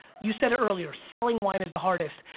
you said it earlier, selling wine is the hardest.